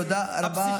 תודה רבה.